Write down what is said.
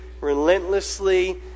relentlessly